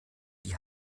die